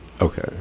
okay